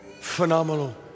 phenomenal